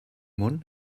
món